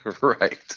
Right